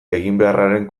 eginbeharraren